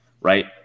right